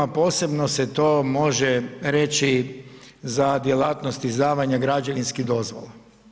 Posebno se to može reći za djelatnost izdavanja građevinskih dozvola.